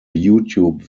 youtube